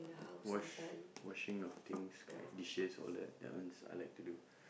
wash washing of things like dishes all that that one I like to do